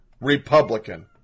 Republican